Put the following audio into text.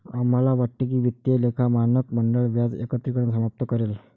आम्हाला वाटते की वित्तीय लेखा मानक मंडळ व्याज एकत्रीकरण समाप्त करेल